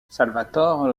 salvatore